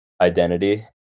identity